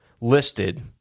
listed